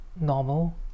normal